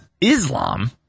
Islam